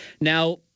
Now